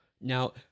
Now